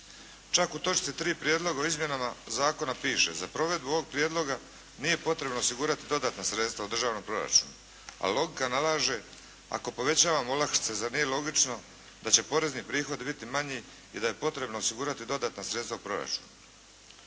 Čak u točci 3. prijedloga o izmjenama zakona piše. Za provedbu ovog prijedloga nije potrebno osigurati dodatna sredstva u državnom proračunu. A logika nalaže ako povećavamo olakšice zar nije logično da će porezni prihodi biti manji i da je potrebno osigurati dodatna sredstva u proračunu.